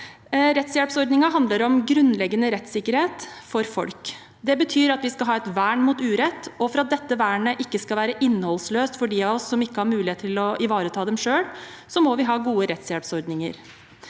Rettshjelpsordningen handler om grunnleggende rettssikkerhet for folk. Det betyr at vi skal ha et vern mot urett, og for at dette vernet ikke skal være innholdsløst for de av oss som ikke har mulighet til å ivareta det selv, må vi ha gode rettshjelpsordninger.